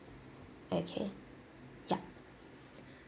okay yup